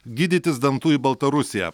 gydytis dantų į baltarusiją